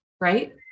right